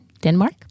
Denmark